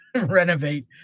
renovate